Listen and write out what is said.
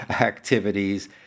activities